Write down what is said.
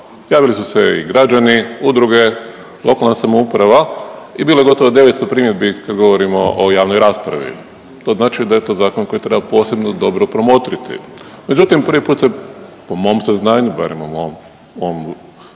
javili su se i građani, udruge, lokalna samouprava i bilo je gotovo 900 primjedbi kad govorimo o javnoj raspravi, to znači da je to zakon koji treba posebno dobro promotriti. Međutim, prvi put se po mom saznanju, barem po mom, mom,